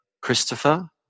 Christopher